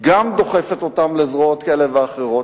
גם דוחפת אותם לזרועות כאלה ואחרות.